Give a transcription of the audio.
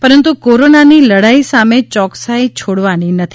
પરંતુ કોરોનાની લડાઇ સામે ચોકસાઇ છોડવાની નથી